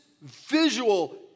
visual